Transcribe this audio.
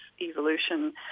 evolution